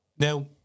Now